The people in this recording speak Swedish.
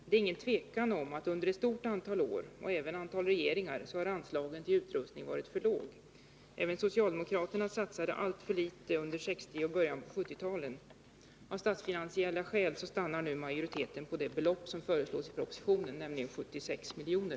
Det är inget tvivel om att under ett stort antal år och även under ett antal regeringar har anslaget till utrustning varit för lågt. Även socialdemokraterna satsade alltför litet under 1960-talet och i början av 1970-talet. Av statsfinansiella skäl stannar nu majoriteten för det belopp som föreslås i propositionen, nämligen 76 miljoner.